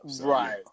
Right